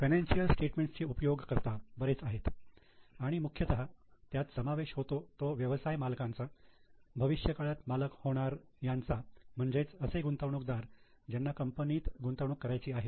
financial statements चे उपयोग कर्ता बरेच आहेत आणि मुख्यतः त्यात समावेश होतो तो व्यवसाय मालकांचा भविष्यकाळात मालक होणार यांचा म्हणजेच असे गुंतवणूकदार ज्यांना कंपनीत गुंतवणूक करायची आहे